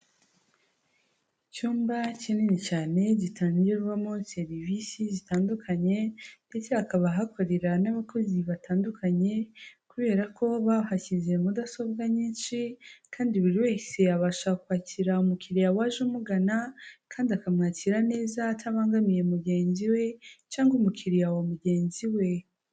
Icyumba kinini cyane gitangirwarwamo serivisi zitandukanye ndetse hakaba hakorera n'abakozi batandukanye, kubera ko bahashyize mudasobwa nyinshi kandi buri wese abasha kwakira umukiriya waje umugana, kandi akamwakira neza atabangamiye mugenzi we, cyangwa umukiriya wa mugenzi we.